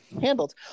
handled